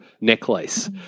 necklace